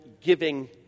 giving